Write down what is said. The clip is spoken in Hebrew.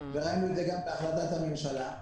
וראינו את זה גם בהחלטת הממשלה.